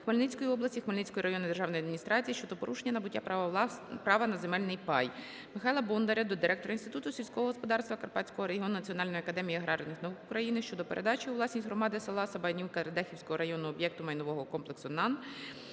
Хмельницької області, Хмельницької районної державної адміністрації щодо порушення набуття права на земельний пай. Михайла Бондаря до директора Інституту сільського господарства Карпатського регіону Національної академії аграрних наук України щодо передачі у власність громади селаСабанівка Радехівського району об'єкту майнового комплексу НААН,